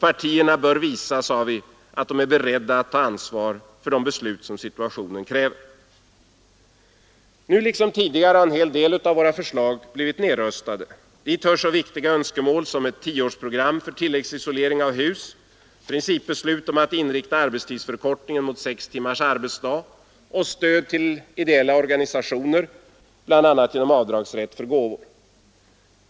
Partierna bör visa, sade vi, att de är beredda att ta ansvar för de beslut situationen kräver. Nu liksom tidigare har en del av våra förslag blivit nedröstade i riksdagen. Dit hör så viktiga önskemål som vårt tioårsprogram för tilläggsisolering av hus, principbeslut om att inrikta arbetstidsförkortningen mot sex timmars arbetsdag och stöd till ideella organisationer, bl.a. genom avdragsrätt för gåvor.